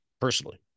personally